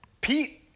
Pete